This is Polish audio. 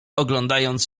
oglądając